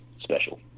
special